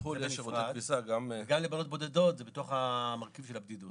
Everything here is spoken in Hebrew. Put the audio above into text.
גם לבנות בודדות זה בתוך המרכיב של הבדידות.